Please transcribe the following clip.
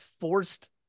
forced